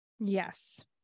yes